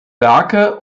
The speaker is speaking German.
werke